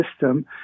system